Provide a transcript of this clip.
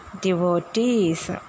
devotees